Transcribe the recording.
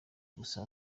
gusa